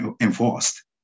enforced